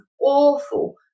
awful